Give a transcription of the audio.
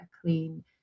clean